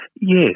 Yes